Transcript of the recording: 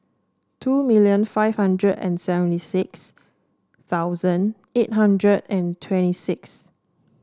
two million five hundred and seventy six thousand eight hundred and twenty six